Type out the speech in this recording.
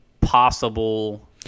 possible –